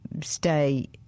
stay